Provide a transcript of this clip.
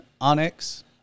Onyx